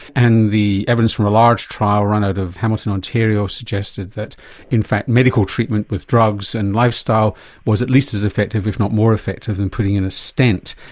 and the evidence from a large trial run out of hamilton ontario suggested that in fact medical treatment with drugs and lifestyle was at least as effective if not more effective than putting in a stent.